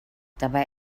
dabei